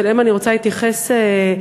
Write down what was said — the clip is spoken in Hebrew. שאליהם אני רוצה להתייחס במכתב.